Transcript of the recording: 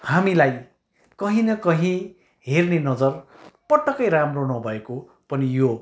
हामीलाई कहीँ न कहीँ हेर्ने नजर पटक्कै राम्रो नभएको पनि यो